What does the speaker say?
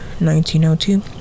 1902